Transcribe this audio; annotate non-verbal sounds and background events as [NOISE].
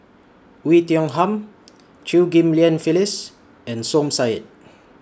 Oei Tiong Ham Chew Ghim Lian Phyllis and Som Said [NOISE]